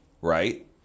right